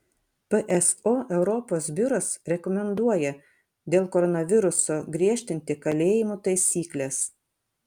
pso europos biuras rekomenduoja dėl koronaviruso griežtinti kalėjimų taisykles